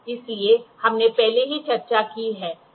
इसलिए हमने पहले ही चर्चा की है